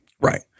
Right